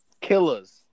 Killers